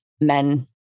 men